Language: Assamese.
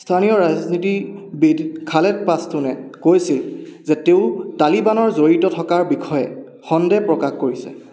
স্থানীয় ৰাজনীতিবিদ খালেদ পাষ্টুনে কৈছিল যে তেওঁ তালিবানৰ জড়িত থকাৰ বিষয়ে সন্দেহ প্ৰকাশ কৰিছে